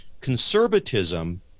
conservatism